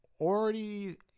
already